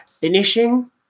finishing